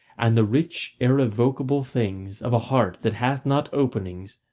and the rich irrevocable things of a heart that hath not openings,